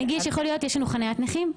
נגיש יכול להיות שיש חניית נכים בלבד.